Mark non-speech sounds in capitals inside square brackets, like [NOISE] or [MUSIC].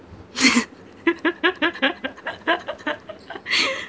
[LAUGHS]